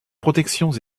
protections